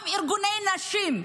גם ארגוני הנשים.